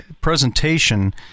presentation